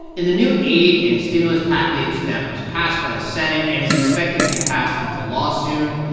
in the new aid and stimulus package that was passed by the senate and is expected to be passed into law soon,